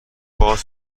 باز